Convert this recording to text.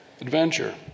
adventure